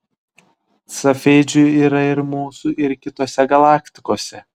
cefeidžių yra ir mūsų ir kitose galaktikose